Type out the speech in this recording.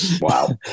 wow